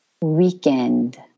Weekend